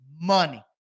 money